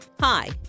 Hi